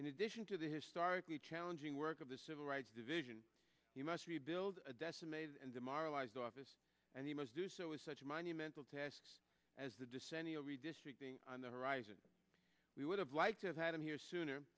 in addition to the historically challenging work of the civil rights division you must rebuild a decimated the marlise office and he must do so as such a monumental task as the descending redistricting on the horizon we would have liked to have had him here sooner